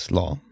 law